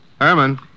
Herman